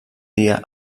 dia